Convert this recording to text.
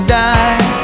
die